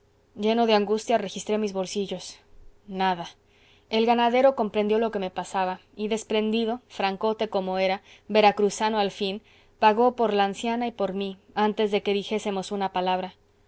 lleno de angustia registré mis bolsillos nada el ganadero comprendió lo que me pasaba y desprendido francote como era veracruzano al fin pagó por la anciana y por mí antes de que dijésemos una palabra